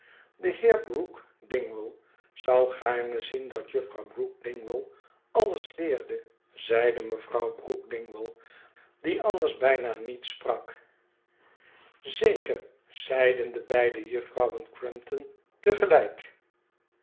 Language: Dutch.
de heer brook dingwall zou gaarne zien dat juffrouw brook dingwall alles leerde zeide mevrouw brook dingwall die anders bijna niet sprak zeker zeiden de beide juffrouwen crumpton